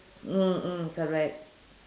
mm mm correct